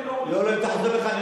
אם תחזור בך,